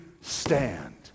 stand